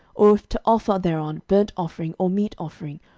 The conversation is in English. or if to offer thereon burnt offering or meat offering,